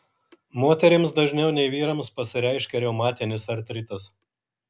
moterims dažniau nei vyrams pasireiškia reumatinis artritas